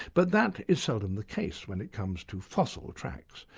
but that is seldom the case when it comes to fossil tracks.